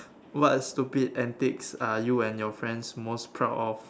what stupid antics are you and your friends most proud of